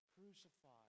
crucified